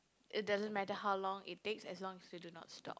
it doesn't matter how long it takes as long as you do not stop